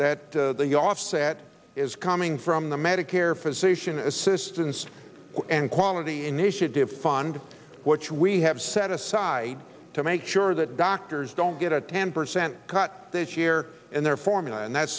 that the offset is coming from the medicare physician assistants and quality initiative fund which we have set aside to make sure that doctors don't get a ten percent cut this year in their formula and that